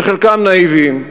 שחלקם נאיביים,